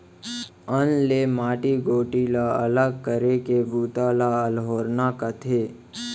अन्न ले माटी गोटी ला अलग करे के बूता ल अल्होरना कथें